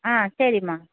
ஆ சரிமா